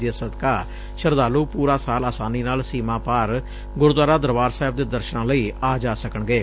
ਜਿਸ ਸਦਕਾ ਸ਼ਰਧਾਲੁ ਪੁਰਾ ਸਾਲ ਆਸਾਨੀ ਨਾਲ ਸੀਮਾ ਪਾਰ ਗੁਰਦੁਆਰਾ ਦਰਬਾਰ ਸਾਹਿਬ ਦੇ ਦਰਸ਼ਨਾਂ ਲਈ ਆ ਜਾ ਸਕਣਗੇ